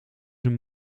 een